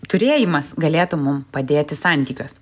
turėjimas galėtų mum padėti santykiuos